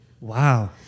Wow